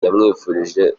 yamwifurije